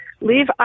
leave